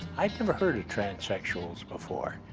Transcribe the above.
i'd never heard of transsexuals before.